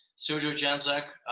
sergio janczak.